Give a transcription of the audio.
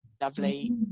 Lovely